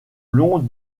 long